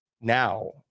now